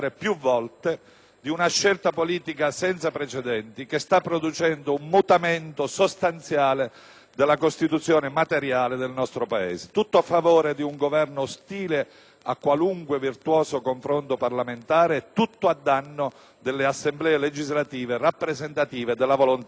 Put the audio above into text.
di una scelta politica senza precedenti, che sta producendo un mutamento sostanziale della Costituzione materiale del nostro Paese, tutto a favore di un Governo ostile a qualunque virtuoso confronto parlamentare e tutto a danno delle Assemblee legislative rappresentative della volontà popolare.